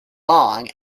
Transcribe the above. long